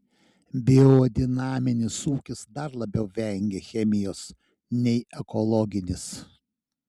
biodinaminis ūkis dar labiau vengia chemijos nei ekologinis